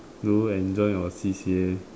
do you enjoy your C_C_A